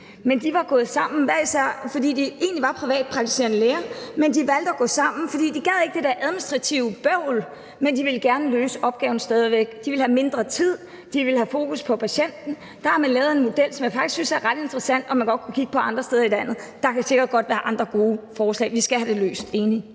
burde være gået på pension. De var egentlig privatpraktiserende læger, men de valgte at gå sammen, fordi de ikke gad det der administrative bøvl, men de ville stadig væk gerne løse lægeopgaven. De ville have mere tid, de ville have fokus på patienten. Der har man lavet en model, som jeg faktisk synes er ret interessant, og som man godt kunne kigge på andre steder i landet, og der kan sikkert også være andre gode forslag. Vi skal have det løst -